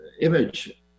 image